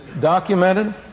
documented